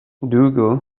dougal